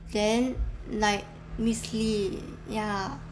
then like miss lee ya